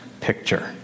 picture